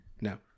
No